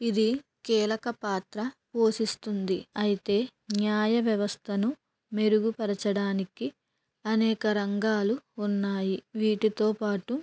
ఇది కీలక పాత్ర పోషిస్తుంది అయితే న్యాయ వ్యవస్థను మెరుగుపరచడానికి అనేక రంగాలు ఉన్నాయి వీటితోపాటు